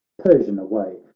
persian, away!